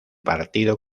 partido